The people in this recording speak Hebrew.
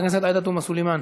חברת הכנסת עאידה תומא סלימאן,